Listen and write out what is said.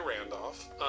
Randolph